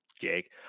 Jake